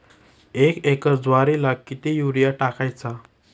एक एकर ज्वारीला किती युरिया टाकायचा?